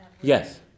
Yes